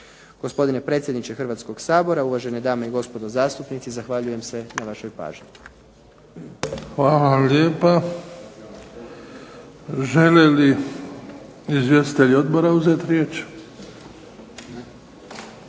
Gospodine predsjedniče Hrvatskoga sabora, uvažene dame i gospodo zastupnici, zahvaljujem se na vašoj pažnji. **Bebić, Luka (HDZ)** Hvala vam lijepa. Žele li izvjestitelji odbora uzeti riječ?